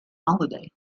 holiday